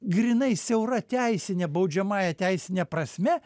grynai siaura teisine baudžiamąja teisine prasme